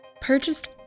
purchased